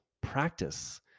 practice